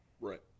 Right